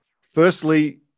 firstly